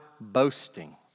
boasting